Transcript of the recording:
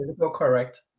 correct